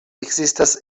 ekzistas